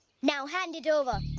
now hand it over.